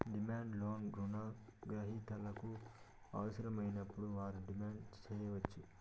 demand loan రుణ గ్రహీతలకు అవసరమైనప్పుడు వారు డిమాండ్ సేయచ్చు